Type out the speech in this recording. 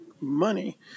money